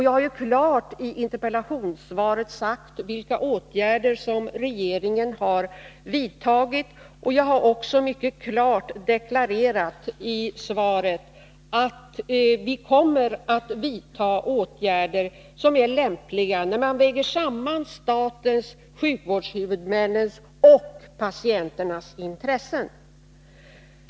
Jag har ju i interpellationssvaret klart sagt ifrån vilka åtgärder som regeringen har vidtagit, och jag har också i svaret mycket klart deklarerat att vi kommer att vidta de åtgärder som vi finner lämpliga efter att ha vägt samman statens, sjukvårdshuvudmännens och patienternas intressen.